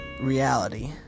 reality